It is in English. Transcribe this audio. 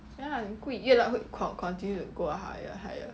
ya 很贵越来会 con~ continue to go higher higher